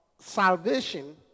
salvation